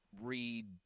read